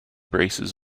braces